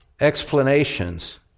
explanations